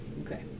Okay